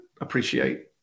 appreciate